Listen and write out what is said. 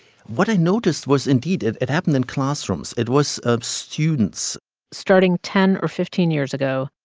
what i noticed was, indeed, it it happened in classrooms. it was ah students starting ten or fifteen years ago,